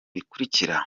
bikurikira